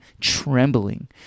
trembling